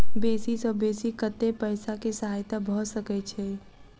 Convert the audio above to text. बेसी सऽ बेसी कतै पैसा केँ सहायता भऽ सकय छै?